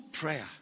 prayer